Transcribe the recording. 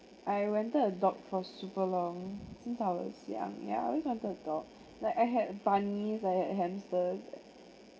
I wanted a dog for super long since I was young yeah I always wanted a dog like I had bunnies I had hamsters